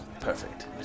perfect